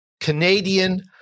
Canadian